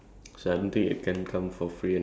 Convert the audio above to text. ya the thing is